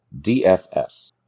DFS